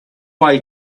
way